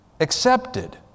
Accepted